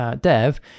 dev